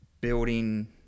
building